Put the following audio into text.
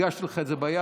הגשתי לך את זה ביד.